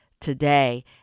today